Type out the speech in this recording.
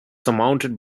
surmounted